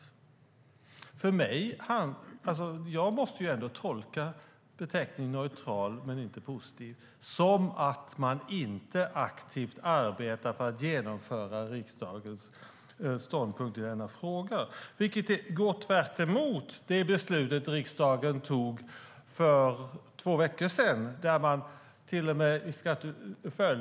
Jag måste ändå tolka beteckningen neutral men inte positiv som att man inte aktivt arbetar för att genomföra riksdagens ståndpunkt i denna fråga. Det går tvärtemot det beslut som riksdagen fattade för två veckor sedan.